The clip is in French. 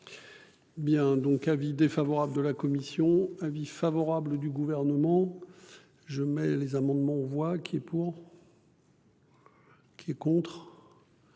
Bien, donc avis défavorable de la commission. Avis favorable du gouvernement. Je mets les amendements voix qui est pour. Qui est contre.